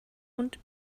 und